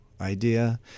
idea